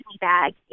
bag